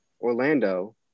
Orlando